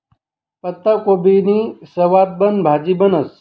पत्ताकोबीनी सवादबन भाजी बनस